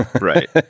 right